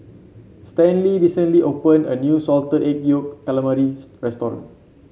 Stanley recently opened a new Salted Egg Yolk Calamari restaurant